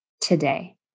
today